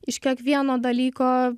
iš kiekvieno dalyko